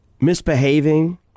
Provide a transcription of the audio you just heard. misbehaving